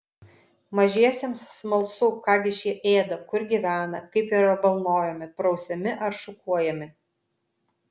mažiesiems smalsu ką gi šie ėda kur gyvena kaip yra balnojami prausiami ar šukuojami